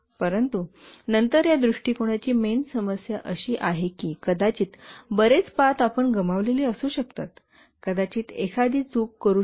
परंतु नंतर या दृष्टिकोनाची मेन समस्या अशी आहे की कदाचित बरेच पाथ आपण गमावलेले असू शकतात कदाचित एखादी चूक करू शकतात